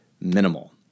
minimal